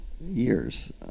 years